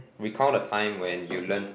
recount a time when you learnt